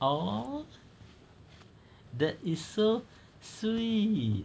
!aww! that is so sweet